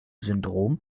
syndrom